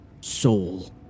soul